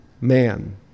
man